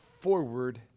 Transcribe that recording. forward